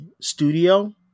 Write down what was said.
studio